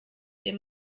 dem